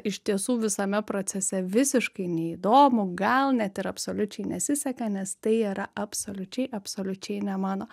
iš tiesų visame procese visiškai neįdomu gal net ir absoliučiai nesiseka nes tai yra absoliučiai absoliučiai ne mano